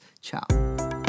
Ciao